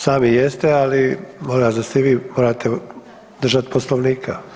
Sami jeste, ali molim vas da se i vi morate držati Poslovnika.